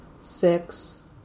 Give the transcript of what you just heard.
six